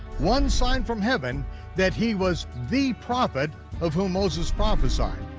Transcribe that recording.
one sign from heaven that he was the prophet of whom moses prophesied,